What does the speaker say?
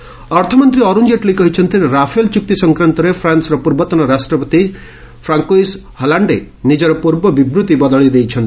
Jaitley Hollande ଅର୍ଥମନ୍ତ୍ରୀ ଅରୁଣ ଜେଟ୍ଲୀ କହିଛନ୍ତି Rafale ଚୁକ୍ତି ସଂକ୍ରାନ୍ତରେ ଫ୍ରାନ୍ସର ପୂର୍ବତନ ରାଷ୍ଟ୍ରପତି ଫ୍ରାଙ୍କୋଇସ୍ ହଲାଶ୍ଡେ ନିଜର ପୂର୍ବ ବିବୃଭି ବଦଳେଇ ଦେଇଛନ୍ତି